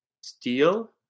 Steel